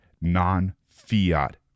non-fiat